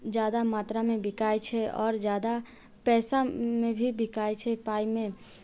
ज्यादा मात्रामे बिकाइत छै आओर ज्यादा पैसामे भी बिकाइत छै पाइमे